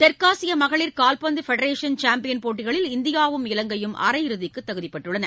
தெற்காசியமகளிர் கால்பந்து federation champion போட்டிகளில் இந்தியாவும் இலங்கையும் அரையிறுதிக்குதகுதிபெற்றள்ளன